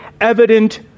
evident